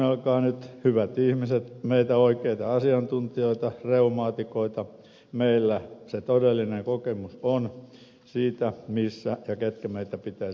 kuunnelkaa nyt hyvät ihmiset meitä oikeita asiantuntijoita reumaatikoita meillä se todellinen kokemus on siitä missä ja keiden meitä pitäisi hoitaa